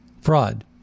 fraud